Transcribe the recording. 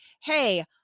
hey